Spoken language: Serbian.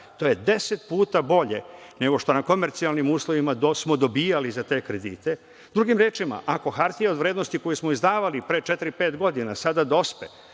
to je 10 puta bolje nego što na komercijalnim uslovima smo dobijali za te kredite. Drugim rečima, ako hartije od vrednosti koju smo izdavali pre četiri, pet godina, sada dospe,